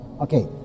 Okay